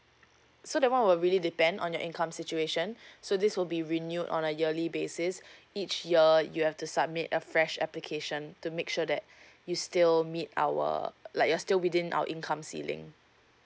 so that one will really depend on your income situation so this will be renewed on a yearly basis each year you have to submit a fresh application to make sure that you still meet our like you're still within our income ceiling